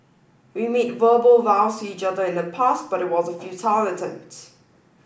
we made verbal vows to each other in the past but it was a futile attempt